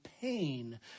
pain